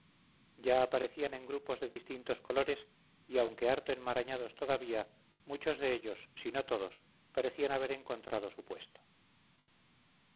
ya aparecían en grupos de distintos colores y aunque harto enmarañados todavía muchos de ellos si no todos parecían haber encontrado su puesto